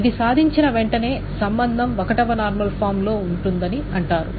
ఇది సాధించిన వెంటనే సంబంధం 1 వ నార్మల్ ఫామ్ ఉంటుందని అంటారు